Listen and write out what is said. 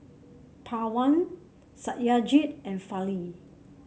Pawan Satyajit and Fali